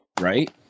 Right